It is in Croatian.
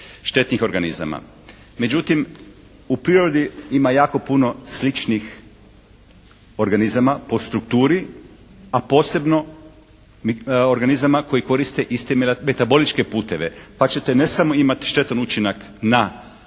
štetnih organizama. Međutim u prirodi ima jako puno sličnih organizama po strukturi, a posebno organizama koji koriste iste metaboličke puteve. Pa ćete ne samo imati štetan učinak na jasno